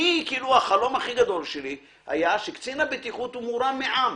החלום הכי גדול שלי היה שקצין הבטיחות הוא מורם מעם.